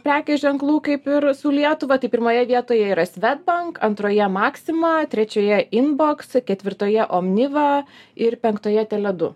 prekių ženklų kaip ir su lietuva tai pirmoje vietoje yra swedbank antroje maxima trečioje inbox ketvirtoje omniva ir penktoje tele du